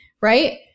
right